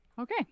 Okay